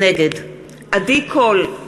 נגד עדי קול,